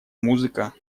музыка